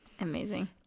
Amazing